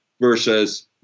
versus